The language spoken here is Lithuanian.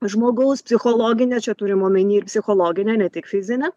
žmogaus psichologinę čia turim omeny ir psichologinę ne tik fizinę